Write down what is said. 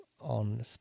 on